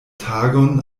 tagon